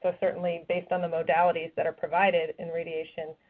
ah certainly, based on the modalities that are provided in radiation,